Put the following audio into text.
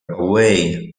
away